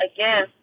Again